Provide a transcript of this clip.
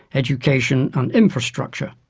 education and infrastructure.